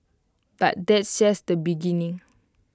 but that's just the beginning